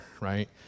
right